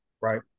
Right